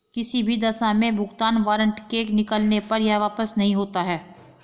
किसी भी दशा में भुगतान वारन्ट के निकलने पर यह वापस नहीं होता है